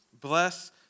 Bless